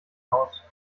aus